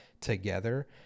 together